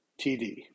TD